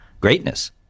greatness